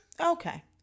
Okay